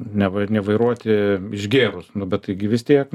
neva nevairuoti išgėrus nu bet taigi vis tiek